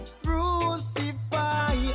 crucify